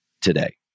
today